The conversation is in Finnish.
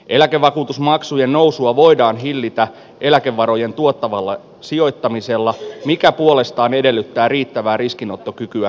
eläkevakuutusmaksujen nousua voidaan hillitä eläkevarojen tuottavalla sijoittamisella mikä puolestaan edellyttää riittävää riskinottokykyä sijoitustoiminnassa